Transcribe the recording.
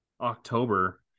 October